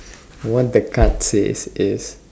what the card says is